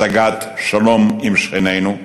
השגת שלום עם שכנינו,